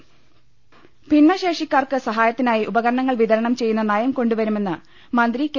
രുട്ടിട്ട്ട്ട്ട്ട്ട ഭിന്നശേഷിക്കാർക്ക് സഹായത്തിനായി ഉപകരണങ്ങൾ വിതരണം ചെയ്യുന്ന നയം കൊണ്ടുവരുമെന്ന് മന്ത്രി കെ